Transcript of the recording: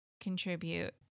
contribute